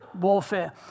warfare